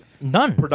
None